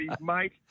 mate